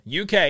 UK